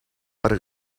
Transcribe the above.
per